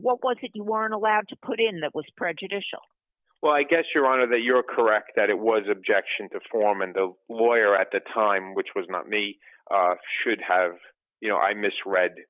what was it you weren't allowed to put in that was prejudicial well i guess your honor that you're correct that it was objection to form and the lawyer at the time which was not me should have you know i misread